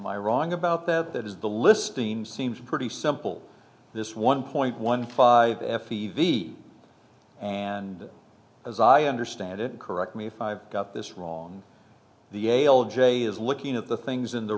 my wrong about that that is the listing seems pretty simple this one point one five f t v and as i understand it correct me if i've got this wrong the ala jay is looking at the things in the